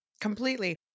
Completely